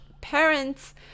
parents